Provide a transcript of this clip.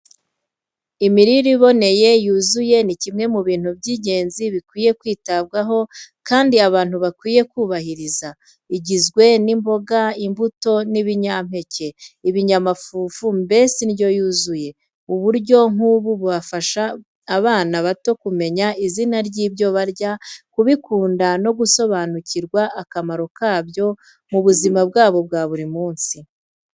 Imirire iboneye yuzuye ni kimwe mu bintu by'ingenzi bikwiye kwitabwaho kandi abantu bakwiye kubahiriza, igizwe n'imboga, imbuto, ibinyampeke, ibinyamafufu mbese indyo yuzuye. Uburyo nk’ubu bufasha abana bato kumenya izina ry’ibyo barya, kubikunda no gusobanukirwa akamaro kabyo mu buzima bwabo bwa buri munsi.